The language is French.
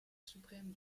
suprême